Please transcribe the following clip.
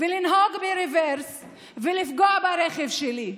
לנהוג ברוורס ולפגוע ברכב שלי.